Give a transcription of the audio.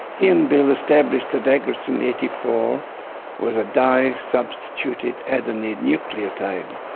he and bill established that agrocin eighty four was a di-substituted adenine nucleotide.